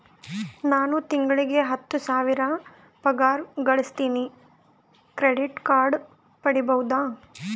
ನಾನು ತಿಂಗಳಿಗೆ ಹತ್ತು ಸಾವಿರ ಪಗಾರ ಗಳಸತಿನಿ ಕ್ರೆಡಿಟ್ ಕಾರ್ಡ್ ಪಡಿಬಹುದಾ?